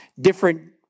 Different